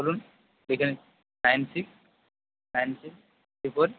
বলুন লিখে নিচ্ছি nine six nine two four